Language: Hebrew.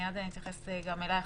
מייד אתייחס גם אליך,